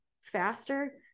faster